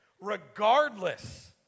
Regardless